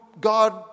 God